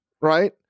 right